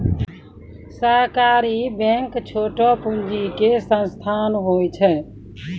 सहकारी बैंक छोटो पूंजी के संस्थान होय छै